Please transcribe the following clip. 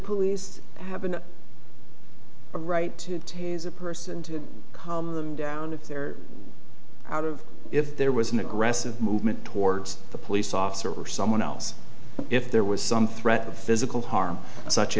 police have been a right to tase a person to calm them down if they're out of if there was an aggressive movement towards the police officer or someone else if there was some threat of physical harm such